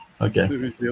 okay